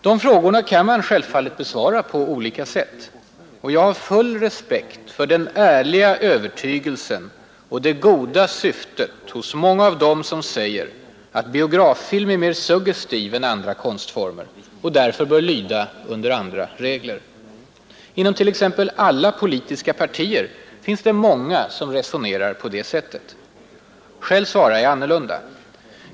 De frågorna kan man självfallet besvara på olika sätt. Jag har full respekt för den ärliga övertygelsen och det goda syftet hos många av dem 39 som säger att biograffilm är mer suggestiv än andra konstformer och därför bör lyda under andra regler. Inom t.ex. alla politiska partier finns det många som resonerar på det sättet. Själv svarar jag annorlunda.